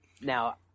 Now